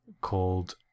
called